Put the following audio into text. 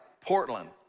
Portland